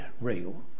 real